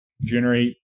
generate